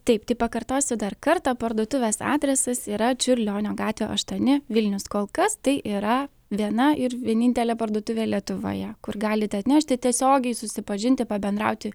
taip tai pakartosiu dar kartą parduotuvės adresas yra čiurlionio gatvė aštuoni vilnius kol kas tai yra viena ir vienintelė parduotuvė lietuvoje kur galite atnešti tiesiogiai susipažinti pabendrauti